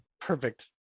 Perfect